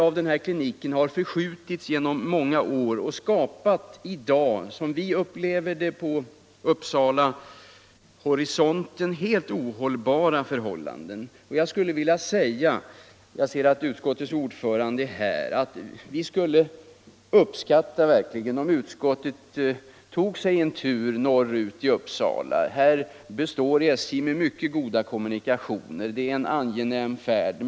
Jag ser att utskottets ordförande är i kammaren, och därför vill jag säga att vi verkligen skulle uppskatta om utskottet tog sig en tur norrut till Uppsala. SJ består med mycket goda kommunikationer dit, det är en angenäm färd.